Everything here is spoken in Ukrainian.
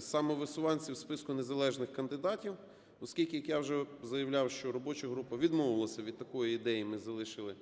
самовисуванців списку незалежних кандидатів. Оскільки, як я вже заявляв, що робоча група відмовилася від такої ідеї, ми залишили